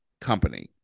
company